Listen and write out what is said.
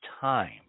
time